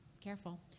careful